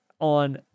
on